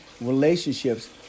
relationships